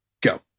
go